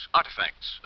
artifacts